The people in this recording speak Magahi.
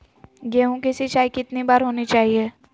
गेहु की सिंचाई कितनी बार होनी चाहिए?